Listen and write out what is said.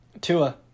Tua